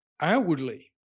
outwardly